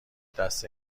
دست